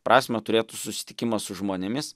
prasmę turėtų susitikimas su žmonėmis